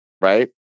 Right